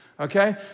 Okay